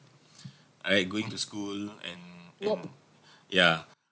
all right going to school and and yeah